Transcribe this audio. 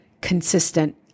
consistent